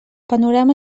panorama